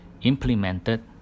implemented